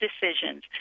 Decisions